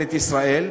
בממשלת ישראל,